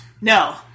No